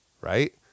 Right